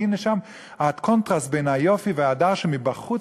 והנה שם הקונטרסט בין היופי וההדר שבחוץ,